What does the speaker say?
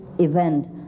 event